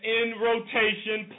in-rotation